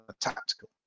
tactical